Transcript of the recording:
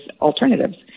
alternatives